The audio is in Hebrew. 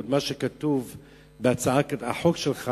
או את מה שכתוב בהצעת החוק שלך,